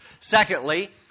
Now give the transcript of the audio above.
Secondly